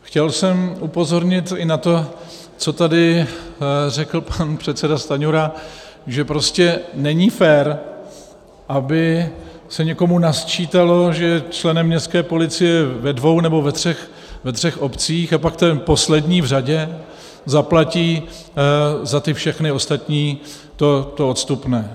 Chtěl jsem upozornit i na to, co tady řekl pan předseda Stanjura, že prostě není fér, aby se někomu nasčítalo, že je členem městské policie ve dvou nebo ve třech obcích, a pak ten poslední v řadě zaplatí za ty všechny ostatní to odstupné.